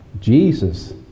Jesus